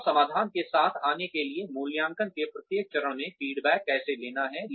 और समाधान के साथ आने के लिए मूल्यांकन के प्रत्येक चरण में फीडबैक कैसे लेना है